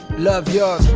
love yourz.